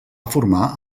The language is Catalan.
formar